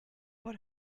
what